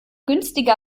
günstiger